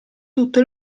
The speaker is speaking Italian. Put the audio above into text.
tutto